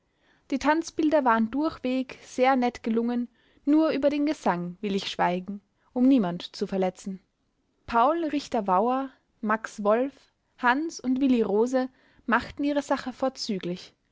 die tanzbilder waren durchweg sehr nett gelungen nur über den gesang will ich schweigen um niemand zu verletzen paul richter-wauer max wolff hans und willi rose machten ihre sache vorzüglich